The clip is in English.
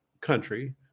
country